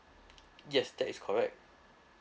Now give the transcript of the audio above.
yes that is correct